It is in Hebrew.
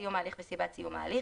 סיום ההליך וסיבת סיום ההליך,